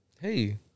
Hey